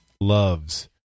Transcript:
loves